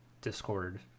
discord